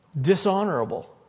dishonorable